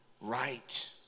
right